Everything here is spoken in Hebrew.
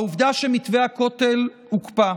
העובדה שמתווה הכותל הוקפא,